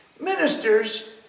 Ministers